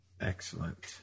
Excellent